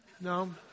No